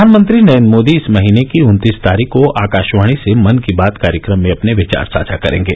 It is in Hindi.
प्रधानमंत्री नरेंद्र मोदी इस महीने की उन्तीस तारीख को आकाशवाणी से मन की बात कार्यक्रम में अपने विचार साझा करेंगे